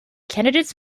candidates